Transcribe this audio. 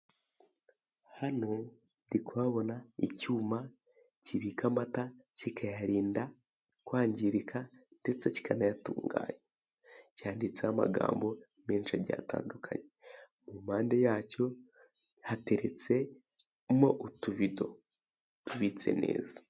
Hano ndi kuhabona icyuma kibika amata kikayarinda kwangirika ndetse kikanayatunganya cyanditseho amagambo menshi agiye atandukanye, impande yacyo hateretsemo utubido tubitse neza.